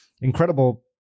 incredible